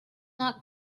not